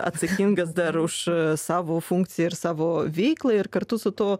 atsakingas dar už savo funkciją ir savo veiklą ir kartu su tuo